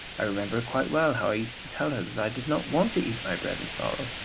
i remember quite well how i used to tell her that i did not want to eat my bread in sorrow,